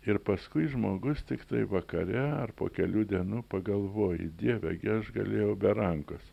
ir paskui žmogus tiktai vakare ar po kelių dienų pagalvoji dieve gi aš galėjau be rankos